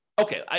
Okay